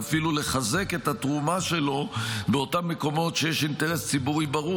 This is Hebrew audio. ואפילו לחזק את התרומה שלו באותם מקומות שבהם יש אינטרס ציבורי ברור